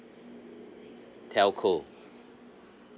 telco